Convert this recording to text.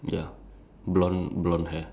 ya it's dark red right